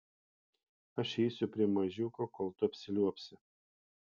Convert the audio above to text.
aš eisiu prie mažiuko kol tu apsiliuobsi